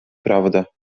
prawdę